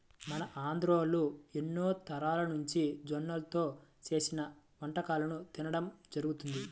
మన ఆంధ్రోల్లు ఎన్నో తరాలనుంచి జొన్నల్తో చేసిన వంటకాలను తినడం జరుగతంది